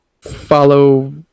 follow